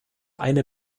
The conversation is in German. eine